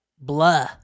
blah